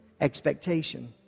expectation